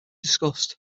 discussed